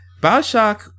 Bioshock